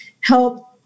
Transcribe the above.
help